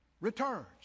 returns